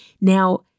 Now